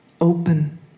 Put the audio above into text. Open